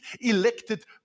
elected